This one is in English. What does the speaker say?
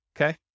okay